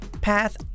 path